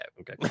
okay